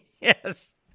Yes